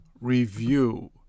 review